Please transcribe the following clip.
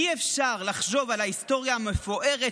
אי-אפשר לחשוב על ההיסטוריה המפוארת